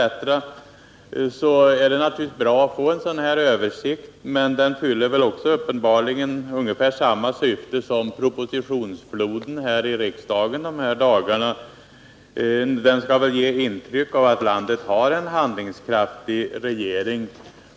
Det är naturligtvis bra att få den redovisningen, men den tjänar uppenbarligen ungefär samma syfte som propositionsfloden i riksdagen de här dagarna: den skall ge intryck av att landet har en handlingskraftig regering.